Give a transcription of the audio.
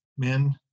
Men